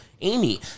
Amy